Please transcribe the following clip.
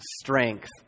strength